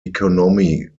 economy